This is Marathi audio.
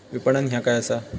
विपणन ह्या काय असा?